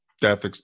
death